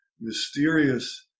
mysterious